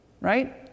right